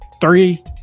three